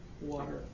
water